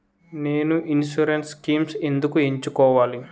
నేను insurance schemes ఎందుకు ఎంచుకోవాలి?